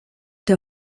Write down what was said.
der